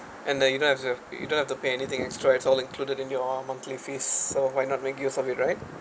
and then you don't have to you don't have to pay anything extra it's all included in your monthly fees so why not make use of it right